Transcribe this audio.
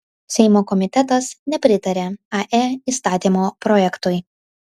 seimo komitetas nepritarė ae įstatymo projektui